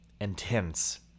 intense